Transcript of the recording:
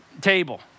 table